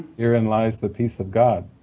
herein lies the peace of god.